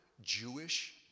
Jewish